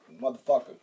motherfucker